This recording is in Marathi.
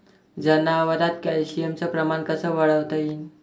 जनावरात कॅल्शियमचं प्रमान कस वाढवता येईन?